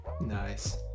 nice